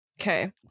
Okay